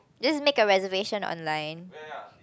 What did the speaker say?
just make a reservation online